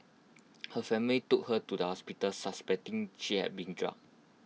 her family took her to the hospital suspecting she had been drugged